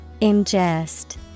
Ingest